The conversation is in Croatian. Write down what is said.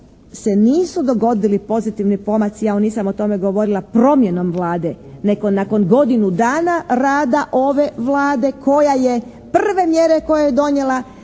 se nisu dogodili pozitivni pomaci, ja nisam o tome govorila, promjenom Vlade, nego nakon godinu dana rada ove Vlade koja je prve mjere koje je donijela